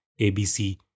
abc